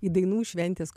į dainų šventės